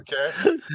Okay